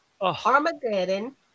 Armageddon